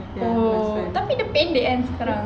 oh tapi dia pendek kan sekarang